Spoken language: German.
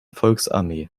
volksarmee